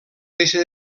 deixa